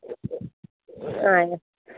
ആ